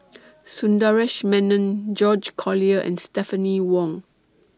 Sundaresh Menon George Collyer and Stephanie Wong